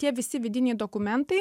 tie visi vidiniai dokumentai